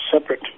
separate